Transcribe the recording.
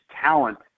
talent